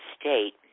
state